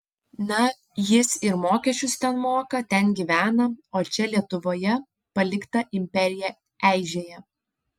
na jis ir mokesčius ten moka ten gyvena o čia lietuvoje palikta imperija eižėja